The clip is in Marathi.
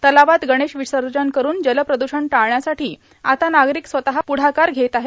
तलावात गणेश विसर्जन करून जलप्रदूषण टाळण्यासाठी आता नागरिक स्वतः प्रढाकार घेत आहेत